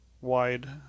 wide